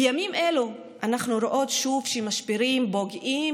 בימים אלו אנחנו רואות שוב שמשברים פוגעים